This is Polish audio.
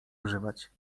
używać